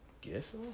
guess